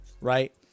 right